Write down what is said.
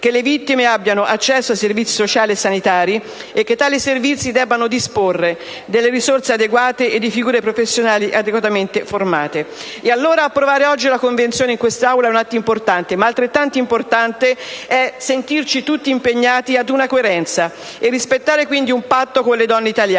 che le vittime abbiano accesso ai servizi sociali e sanitari e che tali servizi debbono disporre di risorse adeguate e di figure professionali adeguatamente formate. E allora approvare oggi la Convenzione in quest'Aula è un atto importante, ma altrettanto importante è sentirci tutti impegnati ad una coerenza e rispettare quindi un patto con le donne italiane.